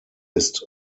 ist